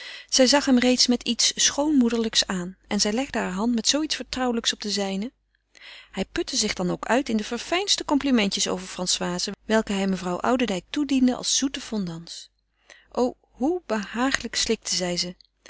zij zag hem nu reeds met zoo iets schoonmoederlijks aan en zij legde haar hand met zoo iets vertrouwelijks op de zijne hij putte zich dan ook uit in de verfijndste complimentjes over françoise welke hij mevrouw oudendijk toediende als zoete fondants o hoe behagelijk slikte zij ze